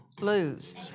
lose